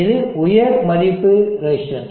இது உயர் மதிப்பு ரெசிஸ்டன்ஸ்